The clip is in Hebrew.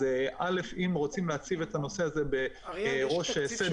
אז אם רוצים להציב את הנושא הזה בראש סדר